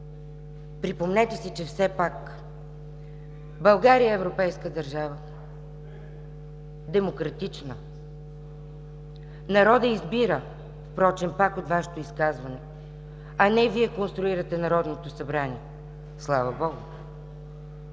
припомнете си, че все пак България е европейска държава, демократична. Народът избира, впрочем пак от Вашето изказване, а не Вие конструирате Народното събрание – слава Богу!